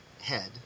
head